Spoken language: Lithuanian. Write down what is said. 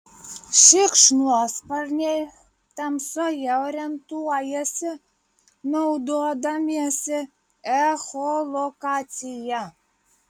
šikšnosparniai tamsoje orientuojasi naudodamiesi echolokacija